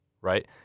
Right